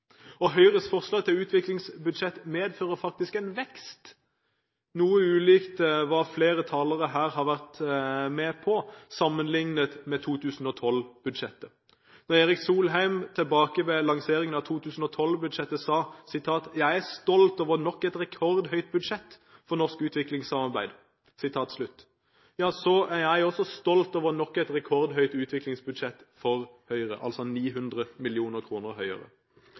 Høyres forslag til utviklingsbudsjett medfører faktisk en vekst – noe ulikt hva flere talere her har vært med på – sammenlignet med 2012-budsjettet. Erik Solheim sa, ved lanseringen av 2012-budsjettet: «Jeg er stolt over nok et rekordhøyt budsjett for norsk utviklingssamarbeid.» Jeg er også stolt over nok et rekordhøyt utviklingsbudsjett for Høyre, altså 900 mill. kr høyere.